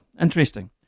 interesting